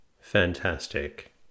Fantastic